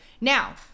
Now